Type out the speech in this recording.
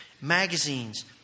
magazines